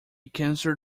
cancer